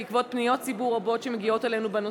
בעקבות פניות ציבור רבות שמגיעות אלינו בנושא,